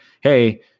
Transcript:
hey